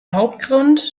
hauptgrund